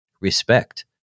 respect